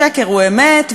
שקר הוא אמת,